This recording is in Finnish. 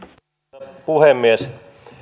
arvoisa puhemies